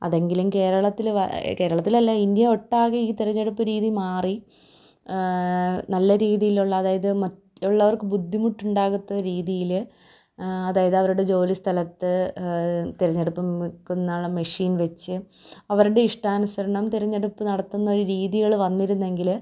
അതെങ്കിലും കേരളത്തിൽ കേരളത്തിലല്ല ഇന്ത്യ ഒട്ടാകെ ഈ തിരഞ്ഞെടുപ്പ് രീതി മാറി നല്ല രീതിയിലുള്ള അതായത് മറ്റുള്ളവർക്ക് ബുദ്ധിമുട്ടുണ്ടാകാത്ത രീതിയിൽ അതായത് അവരുടെ ജോലി സ്ഥലത്ത് തിരഞ്ഞെടുപ്പ് വെക്കുന്ന മെഷീൻ വെച്ച് അവരുടെ ഇഷ്ടാനുസരണം തിരഞ്ഞെടുപ്പ് നടക്കുന്ന ഒരു രീതികൾ വന്നിരുന്നെങ്കിൽ